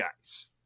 guys